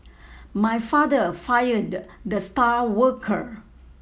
my father fired the star worker